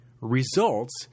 Results